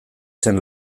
zen